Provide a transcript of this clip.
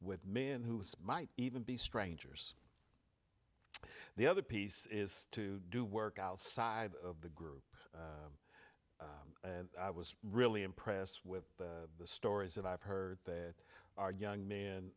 with men who might even be strangers the other piece is to do work outside of the group and i was really impressed with the stories that i've heard that are young men